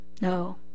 No